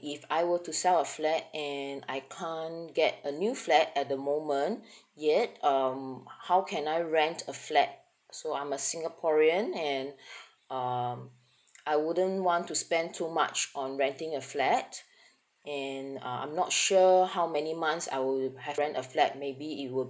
if I were to sell a flat and I can't get a new flat at the moment yet um how can I rent a flat so I'm a singaporean and um I wouldn't want to spend too much on renting a flat and uh I'm not sure how many months I will have rent a flat maybe it will